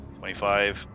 25